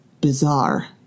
bizarre